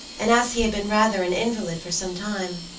and as he had been rather an invalid for some time,